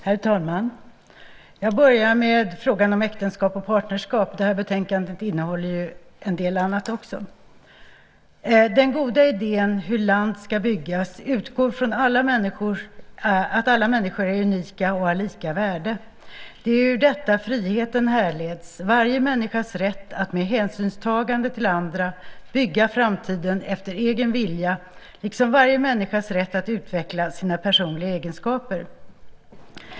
Herr talman! Jag börjar med frågan om äktenskap och partnerskap. Det här betänkandet innehåller ju en del annat också. Den goda idén hur land ska byggas utgår från att alla människor är unika och har lika värde. Det är ur detta friheten härleds. Det handlar om varje människas rätt att med hänsynstagande till andra bygga framtiden efter egen vilja liksom varje människas rätt att utveckla sina personliga egenskaper.